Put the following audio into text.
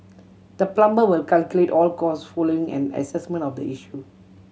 the plumber will calculate all cost following an assessment of the issue